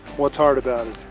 what's hard about it?